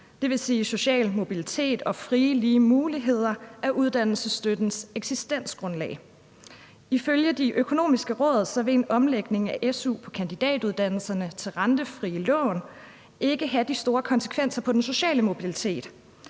at social mobilitet og frie og lige muligheder er uddannelsesstøttens eksistensberettigelse. Ifølge De Økonomiske Råd vil en omlægning af su på kandidatuddannelserne til rentefrie lån ikke have de store konsekvenser for den sociale mobilitet.